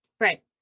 Right